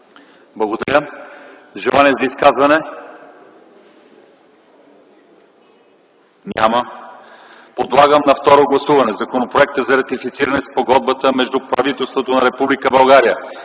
Благодаря. Желания за изказвания? Няма. Подлагам на второ гласуване Законопроекта за ратифициране на Спогодбата между правителството на